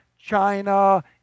China